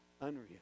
unreal